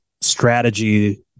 strategy